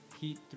Heat